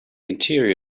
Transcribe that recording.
interior